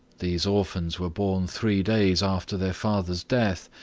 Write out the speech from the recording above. these orphans were born three days after their father's death,